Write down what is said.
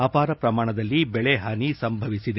ಅಪಾರ ಪ್ರಮಾಣದಲ್ಲಿ ಬೆಳೆ ಹಾನಿ ಸಂಭವಿಸಿದೆ